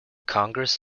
congress